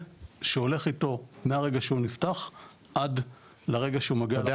שהולך איתו מהרגע שהוא נפתח עד לרגע שהוא מגיע --- אתה יודע